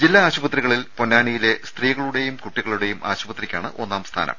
ജില്ലാ ആശുപത്രികളിൽ പൊന്നാ നിയിലെ സ്ത്രീകളുടെയും കുട്ടികളുടെയും ആശുപത്രിക്കാണ് ഒന്നാംസ്ഥാ നം